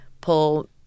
pull